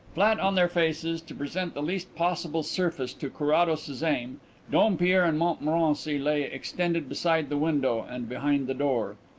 flat on their faces, to present the least possible surface to carrados's aim, dompierre and montmorency lay extended beside the window and behind the door.